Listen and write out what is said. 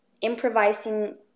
improvising